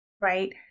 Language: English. right